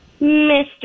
mr